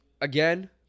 Again